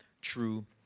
true